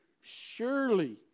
surely